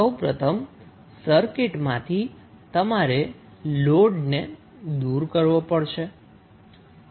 સૌ પ્રથમ સર્કિટમાંથી તમારે લોડને દુર કરવો પડશે